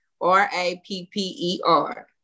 R-A-P-P-E-R